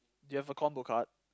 do you have a combo card